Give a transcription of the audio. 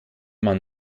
man